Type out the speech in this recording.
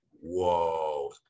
whoa